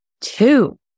two